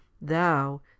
thou